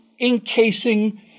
encasing